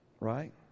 right